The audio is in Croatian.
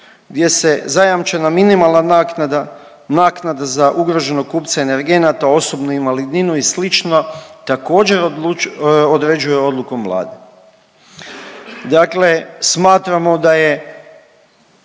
gdje se zajamčena minimalna naknada, naknada za ugrožene kupce energenata, osobnu invalidninu i sl. također određuje odlukom Vlade. Dakle, smatramo da je